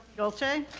dolce?